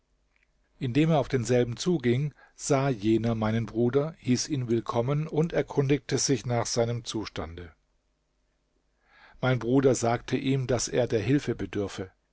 indem er auf denselben zuging sah jener meinen bruder hieß ihn willkommen und erkundigte sich nach seinem zustande mein bruder sagte ihm daß er der hilfe